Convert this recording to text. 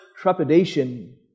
trepidation